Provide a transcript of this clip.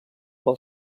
pel